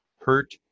hurt